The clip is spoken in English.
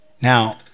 Now